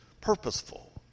purposeful